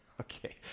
Okay